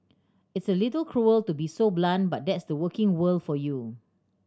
it's a little cruel to be so blunt but that's the working world for you